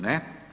Ne.